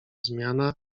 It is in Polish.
zmiana